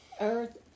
earth